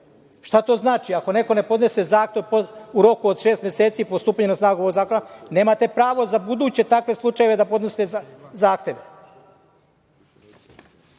Šta to znači? Ako neko ne podnese zahtev u roku od šest meseci po stupanju na snagu ovog zakona, nemate pravo za buduće takve slučajeve da podnose zahtev. Dalje,